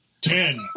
Ten